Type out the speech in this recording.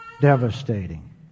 devastating